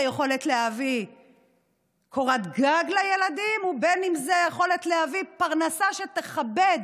ביכולת להביא קורת גג לילדים וביכולת להביא פרנסה שתכבד